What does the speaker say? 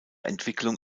entwicklung